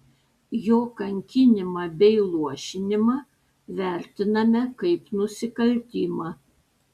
jo kankinimą bei luošinimą vertiname kaip nusikaltimą